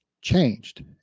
changed